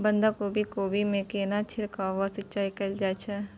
बंधागोभी कोबी मे केना छिरकाव व सिंचाई कैल जाय छै?